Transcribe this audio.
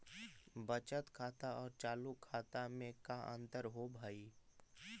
बचत खाता और चालु खाता में का अंतर होव हइ?